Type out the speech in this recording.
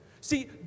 See